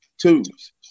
twos